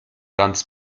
ganz